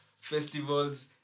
festivals